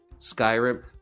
Skyrim